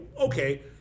okay